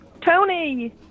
Tony